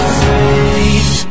face